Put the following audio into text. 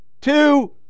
two